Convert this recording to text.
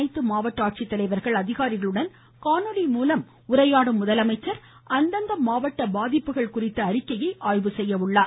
அனைத்து மாவட்ட ஆட்சித்தலைவா்கள் அதிகாரிகளுடன் காணொலி காட்சி மூலம் உரையாடும் முதலமைச்சர் அந்தந்த மாவட்ட பாதிப்புகள் குறித்த அறிக்கையை ஆய்வு செய்கிறார்